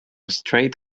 straight